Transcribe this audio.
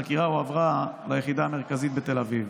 החקירה הועברה ליחידה המרכזית בתל אביב